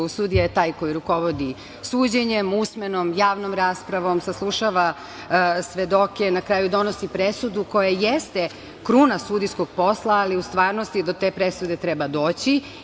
Sudija je taj koji rukovodi suđenjem, usmenom, javnom raspravom, saslušava svedoke, na kraju donosi presudu koja jeste kruna sudijskog posla, ali u stvarnosti do te presude treba doći.